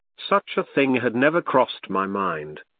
such a thing had never crossed my mind.